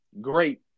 great